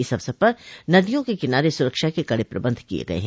इस अवसर पर नदियों किनारे सुरक्षा के कड़े प्रबंध किये गये हैं